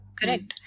Correct।